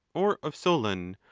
or of solon,